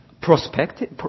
prospective